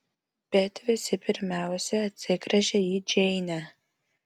bet visi pirmiausia atsigręžia į džeinę